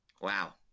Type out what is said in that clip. Wow